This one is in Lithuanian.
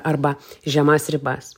arba žemas ribas